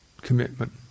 commitment